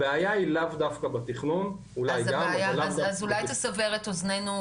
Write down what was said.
הבעיה היא לאו דווקא בתכנון --- אז אולי תסבר את אוזנינו,